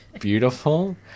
beautiful